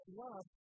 love